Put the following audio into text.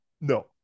No